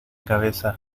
cabeza